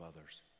others